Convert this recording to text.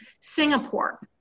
Singapore